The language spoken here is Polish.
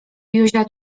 józia